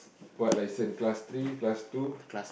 what license class three class two